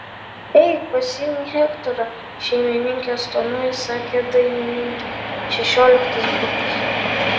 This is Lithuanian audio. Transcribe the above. eik pasiimk hektorą šeimininkės tonu įsakė dainininkė šešioliktas butas